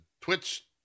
Twitch